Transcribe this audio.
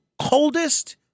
coldest